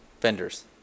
vendors